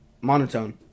monotone